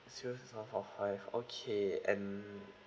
zero six four one five okay and